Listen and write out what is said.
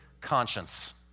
conscience